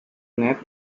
nat